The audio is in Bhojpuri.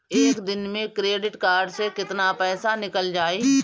एक दिन मे क्रेडिट कार्ड से कितना पैसा निकल जाई?